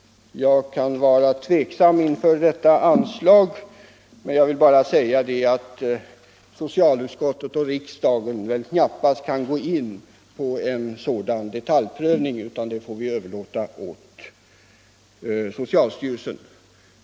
Jag ställer mig tveksam till ett sådant anslag. Men jag vill bara säga att socialutskottet och riksdagen knappast kan göra en sådan detaljprövning av anslagen — den får vi överlåta åt socialstyrelsen.